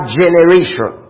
generation